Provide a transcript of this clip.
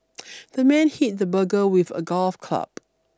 the man hit the burglar with a golf club